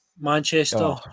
Manchester